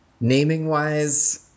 Naming-wise